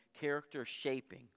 character-shaping